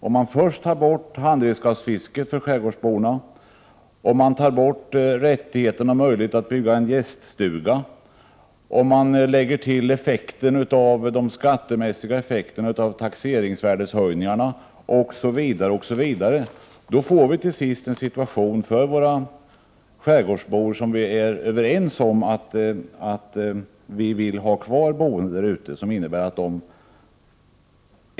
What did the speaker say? Om man tar bort handredskapsfisket för skärgårdsborna och rättigheten att bygga en gäststuga, om man lägger till de skattemässiga effekterna av taxeringsvärdeshöjningarna osv., blir till sist situationen för våra skärgårdsbor — vi är ju överens om att vi vill ha kvar de boende där ute — ohållbar.